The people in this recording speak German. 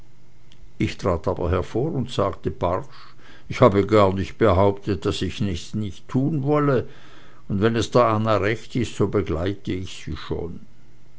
ich trat aber hervor und sagte barsch ich habe gar nicht behauptet daß ich es nicht tun wolle und wenn es der anna recht ist so begleite ich sie schon